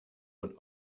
und